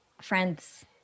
Friends